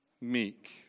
meek